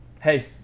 Hey